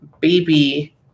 baby